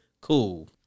Cool